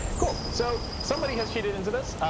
cool. so somebody has cheated into this.